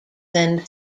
than